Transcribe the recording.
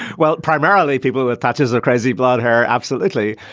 well primarily people who are thatcher's or crazy blonde hair absolutely.